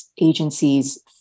agencies